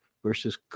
versus